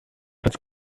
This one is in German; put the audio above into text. als